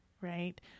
right